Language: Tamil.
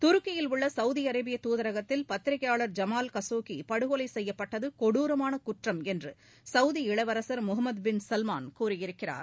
துருக்கியில் உள்ள சவுதி அரேபிய தூதரகத்தில் பத்திரிக்கையாள் ஜமால் கசோகி படுகொலை செய்யப்பட்டது கொடுரமான குற்றம் என்று சவுதி இளவரசா் முகம்மது பின் சல்மான் கூறியிருக்கிறார்